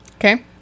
Okay